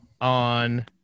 on